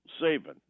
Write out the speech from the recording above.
saving